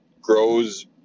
grows